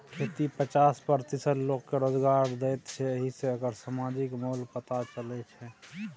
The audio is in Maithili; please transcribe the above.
खेती पचास प्रतिशत लोककेँ रोजगार दैत छै एहि सँ एकर समाजिक मोल पता चलै छै